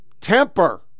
temper